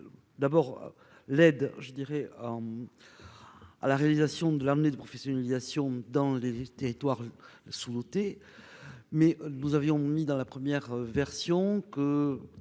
D'abord l'aide je dirais à. À la réalisation de l'emmener de professionnalisation dans les territoires sous ôter. Mais nous avions mis dans la première version que